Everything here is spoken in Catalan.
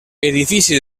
edifici